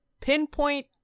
pinpoint